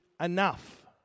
enough